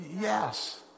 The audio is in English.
yes